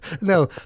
no